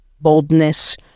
boldness